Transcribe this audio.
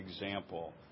example